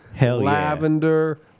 lavender